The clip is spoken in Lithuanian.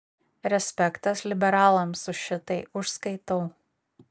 respektas liberalams už šitai užskaitau